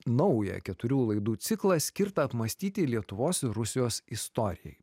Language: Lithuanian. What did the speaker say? naują keturių laidų ciklą skirtą apmąstyti lietuvos rusijos istorijai